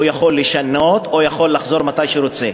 שהוא יכול לשנות או יכול לחזור מתי שהוא רוצה.